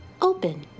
open